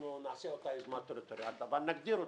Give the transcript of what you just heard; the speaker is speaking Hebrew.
אנחנו נעשה אותה יוזמה טריטוריאלית אבל נגדיר אותה.